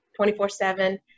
24-7